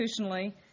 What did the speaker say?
institutionally